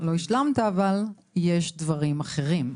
לא השלמת, אבל יש דברים אחרים.